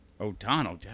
O'Donnell